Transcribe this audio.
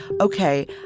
okay